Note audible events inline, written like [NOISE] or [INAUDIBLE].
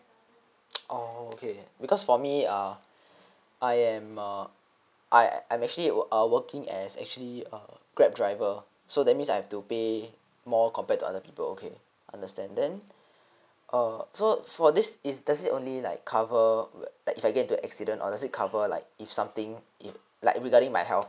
[NOISE] oh okay because for me err I am a I'm actually uh working as actually a grab driver so that means I have to pay more compared to the other people okay understand then err so for this is does it only like cover like if I get to accident or does it cover like if something if like regarding my health